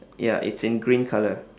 ya it's in green colour